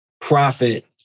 profit